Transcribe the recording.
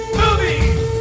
movies